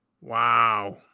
Wow